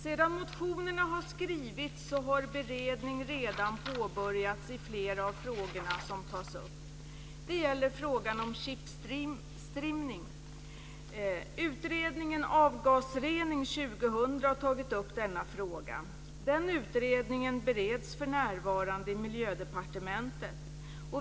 Sedan motionerna har skrivits har beredning redan påbörjats i flera av de frågor som tas upp. Det gäller frågan om chiptrimning. Utredningen Avgasrening 2000 har tagit upp denna fråga. Den utredningen bereds för närvarande i Miljödepartementet.